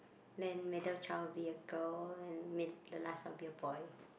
then middle child be a girl and made the last will be a boy